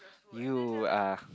you are